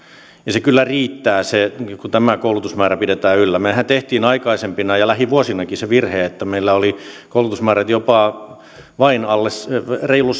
ja se kyllä riittää kun tämä koulutusmäärä pidetään yllä mehän teimme aikaisempina vuosina ja lähivuosinakin sen virheen että meillä oli koulutusmäärä jopa vain reilu